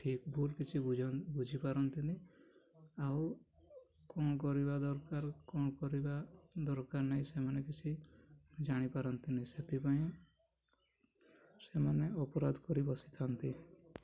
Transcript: ଠିକ୍ ଭୁଲ୍ କିଛି ବୁଝ ବୁଝିପାରନ୍ତିନି ଆଉ କ'ଣ କରିବା ଦରକାର କ'ଣ କରିବା ଦରକାର ନାହିଁ ସେମାନେ କିଛି ଜାଣିପାରନ୍ତିନି ସେଥିପାଇଁ ସେମାନେ ଅପରାଧ୍ କରି ବସିଥାନ୍ତି